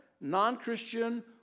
non-Christian